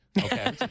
okay